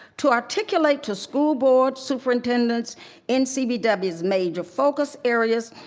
to articulate to school board superintendents ncbw's major focus areas,